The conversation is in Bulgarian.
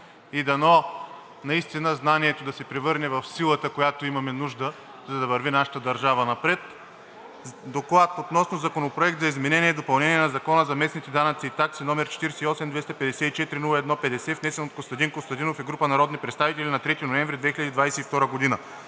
и дано наистина знанието да се превърне в силата, от която имаме нужда, за да върви нашата държава напред! „ДОКЛАД относно Законопроект за изменение и допълнение на Закона за местните данъци и такси, № 48-254-01-50, внесен от Костадин Костадинов и група народни представители на 3 ноември 2022 г.